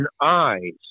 eyes